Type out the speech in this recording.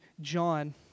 John